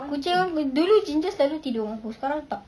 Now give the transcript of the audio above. kucing kau dulu ginger selalu tidur dengan aku sekarang tak